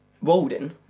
Walden